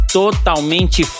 totalmente